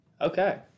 Okay